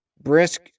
Brisk